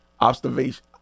Observation